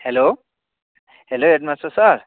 hello hello headmaster sir